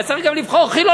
אז צריך גם לבחור חילונית.